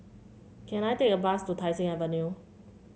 can I take a bus to Tai Seng Avenue